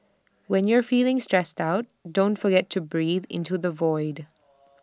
when you are feeling stressed out don't forget to breathe into the void